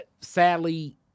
sadly